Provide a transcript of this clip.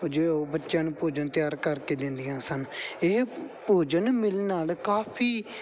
ਜੋ ਬੱਚਿਆਂ ਨੂੰ ਭੋਜਨ ਤਿਆਰ ਕਰਕੇ ਦਿੰਦੀਆਂ ਸਨ ਇਹ ਭੋਜਨ ਮਿਲਣ ਨਾਲ ਕਾਫੀ